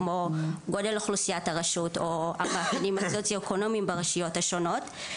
כמו גודל אוכלוסיית הרשות או המאפיינים הסוציואקונומיים ברשויות השונות.